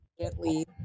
gently